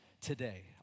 today